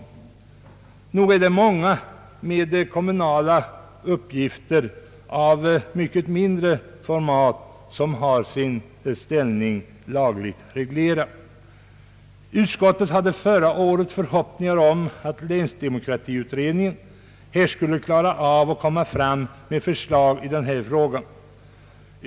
Många kommunala tjänstemän med uppgifter av mycket mindre format har sin ställning lagligt reglerad. Utskottet hade förra året förhoppningar om att länsdemokratiutredningen skulle framlägga förslag i denna fråga.